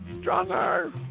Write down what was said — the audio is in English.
stronger